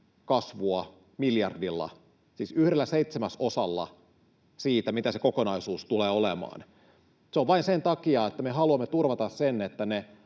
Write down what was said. kasvua miljardilla, siis yhdellä seitse-mäsosalla siitä, mitä se kokonaisuus tulee olemaan. Se on vain sen takia, että me haluamme turvata sen, että ne